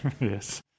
Yes